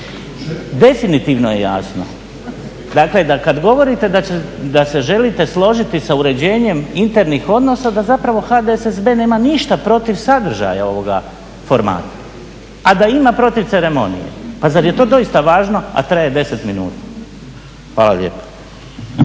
Definitivno je jasno dakle da kad govorite da se želite složiti sa uređenjem internih odnosa, da zapravo HDSSB nema ništa protiv sadržaja ovoga formata, a da ima protiv ceremonije. Pa zar je to doista važno, a traje 10 minuta? Hvala lijepo.